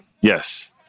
Yes